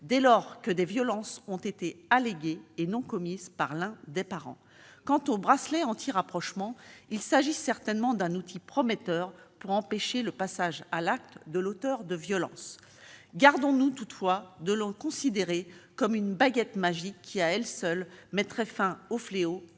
dès lors que des violences ont été alléguées- et non commises -par l'un des parents. Très bien ! Quant au bracelet anti-rapprochement, il s'agit certainement d'un outil prometteur pour empêcher le passage à l'acte de l'auteur de violences. Gardons-nous toutefois de le considérer comme une « baguette magique » qui, à elle seule, mettrait fin au fléau